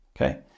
okay